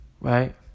right